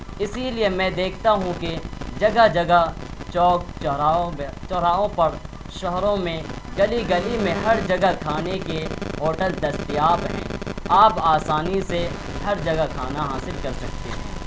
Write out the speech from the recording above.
اسی لیے میں دیکھتا ہوں کہ جگہ جگہ چوک چوراہوں چوراہوں پر شہروں میں گلی گلی میں ہر جگہ کھانے کے ہوٹل دستیاب ہیں آپ آسانی سے ہر جگہ کھانا حاصل کر سکتے ہیں